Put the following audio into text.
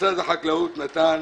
משרד החקלאות נתן